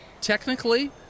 technically